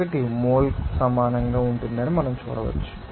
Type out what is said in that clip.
1 మోల్కు సమానంగా ఉంటుందని మనం చూడవచ్చు